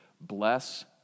Bless